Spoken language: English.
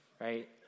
right